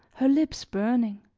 her lips burning.